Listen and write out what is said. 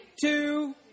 two